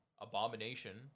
Abomination